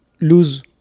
lose